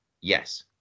yes